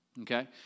Okay